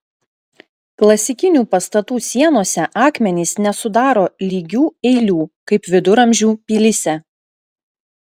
klasikinių pastatų sienose akmenys nesudaro lygių eilių kaip viduramžių pilyse